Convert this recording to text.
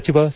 ಸಚಿವ ಸಿ